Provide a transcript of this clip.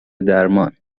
درمان